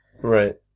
Right